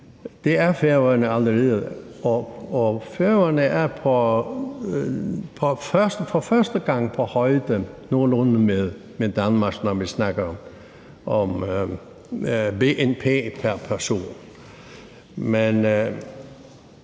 Det er Færøerne allerede, og Færøerne er for første gang nogenlunde på højde med Danmark, når vi snakker om bnp pr.